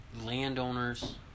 landowners